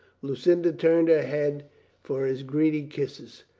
lucinda turned her head for his greedy kisses,